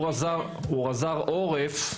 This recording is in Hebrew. הוא רז"ר עורף.